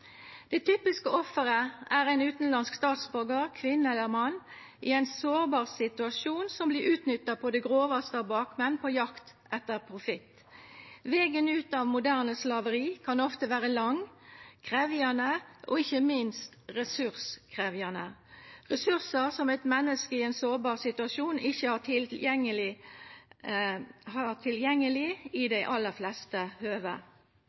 Det typiske offeret er ein utanlandsk statsborgar, kvinne eller mann, som er i ein sårbar situasjon og vert utnytta på det grovaste av bakmenn på jakt etter profitt. Vegen ut av moderne slaveri kan ofte vera lang, krevjande og ikkje minst ressurskrevjande – ressursar som eit menneske i ein sårbar situasjon ikkje har tilgjengeleg i